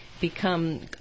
become